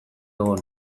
egon